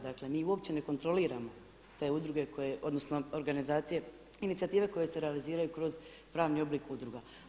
Dakle mi uopće ne kontroliramo te udruge koje, odnosno organizacije, inicijative koje se realiziraju kroz pravni oblik udruga.